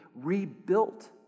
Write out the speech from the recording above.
rebuilt